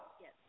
Yes